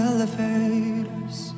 Elevators